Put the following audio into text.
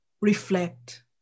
Reflect